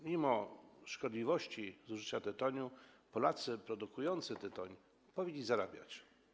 Mimo szkodliwości używania tytoniu Polacy produkujący tytoń powinni zarabiać.